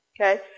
Okay